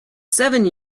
seven